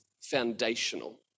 foundational